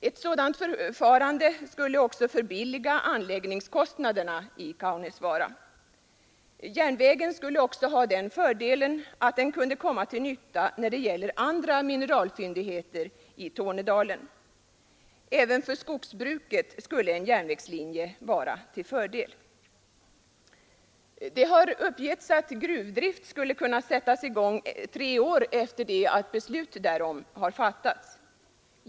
Ett sådant förfarande skulle också sänka anläggningskostnaderna i Kaunisvaara. Järnvägen skulle också ha den fördelen att den kunde komma till nytta när det gäller andra mineralfyndigheter i Tornedalen. Även för skogsbruket skulle en järnvägslinje vara till fördel. Det har uppgetts att gruvdrift skulle kunna sättas i gång tre år efter det att beslut därom fattats.